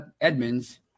Edmonds